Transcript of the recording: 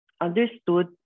understood